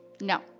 no